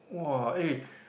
[wah] eh